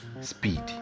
speed